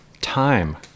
time